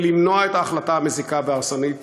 שעוד מודד את המרחק ממלונו החדש בשדרות-פנסילבניה